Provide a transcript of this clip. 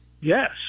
yes